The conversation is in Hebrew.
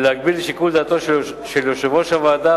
וכן להגביל את שיקול דעתו של יושב-ראש הוועדה